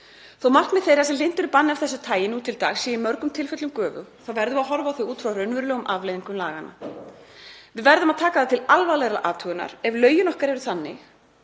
að markmið þeirra sem hlynnt eru banni af þessu tagi nú til dags séu í mörgum tilfellum göfug verðum við að horfa á þau út frá raunverulegum afleiðingum laganna. Við verðum að taka það til alvarlegrar athugunar ef lögin okkar eru þannig